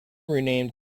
renamed